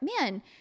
man